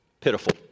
pitiful